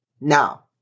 Now